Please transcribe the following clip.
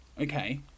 okay